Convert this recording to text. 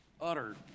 utter